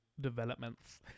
developments